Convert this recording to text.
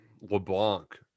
LeBlanc –